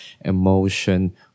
emotion